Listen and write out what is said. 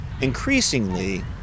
Increasingly